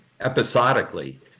episodically